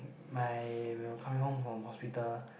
my we were coming home from hospital